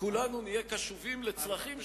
כולנו נהיה קשובים לצרכים,